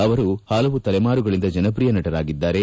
ಅವರು ಪಲವು ತಲೆಮಾರುಗಳಿಂದ ಜನಪ್ರಿಯ ನಟರಾಗಿದ್ದಾರೆ